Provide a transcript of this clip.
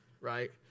right